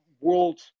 world